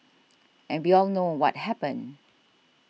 and we all know what happened